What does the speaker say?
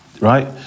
Right